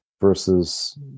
versus